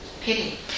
pity